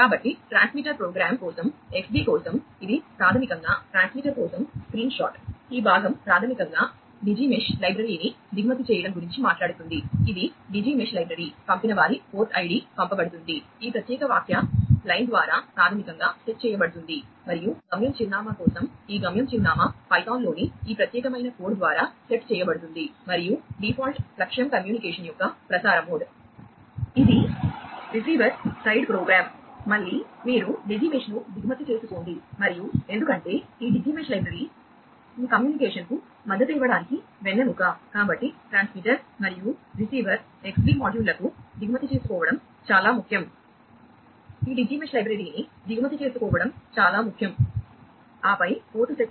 కాబట్టి transmitter program కోసం Xbee కోసం ఇది ప్రాథమికంగా ట్రాన్స్మిటర్ కోసం స్క్రీన్ షాట్